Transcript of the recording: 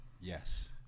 Yes